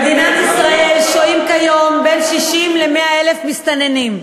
במדינת ישראל שוהים היום בין 60,000 ל-100,000 מסתננים.